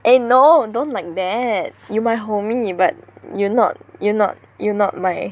eh no don't like that you my homie but you're not you're not you're not my